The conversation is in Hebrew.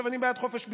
אני בעד חופש ביטוי,